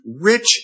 rich